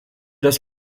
das